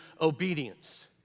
obedience